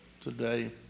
today